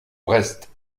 brest